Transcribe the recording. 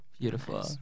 Beautiful